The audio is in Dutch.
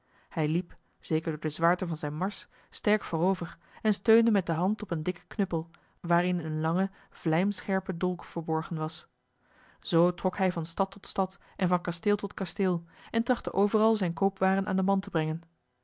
hij liep zeker door de zwaarte van zijne mars sterk voorover en steunde met de hand op een dikken knuppel waarin een lange vlijmscherpe dolk verborgen was zoo trok hij van stad tot stad en van kasteel tot kasteel en trachtte overal zijne koopwaren aan den man te brengen